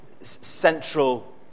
central